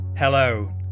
Hello